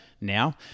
now